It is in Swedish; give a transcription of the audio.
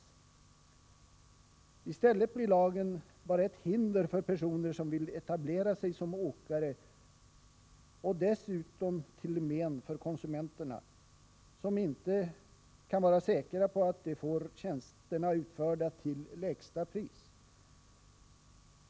I stället blir lagen bara ett hinder för personer som vill etablera sig som åkare och dessutom till men för konsumenterna, som inte kan vara säkra på att de får tjänsterna utförda till lägsta pris.